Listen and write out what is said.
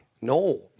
No